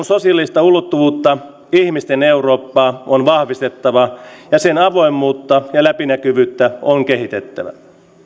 sosiaalista ulottuvuutta ihmisten eurooppaa on vahvistettava ja sen avoimuutta ja läpinäkyvyyttä on kehitettävä